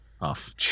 Off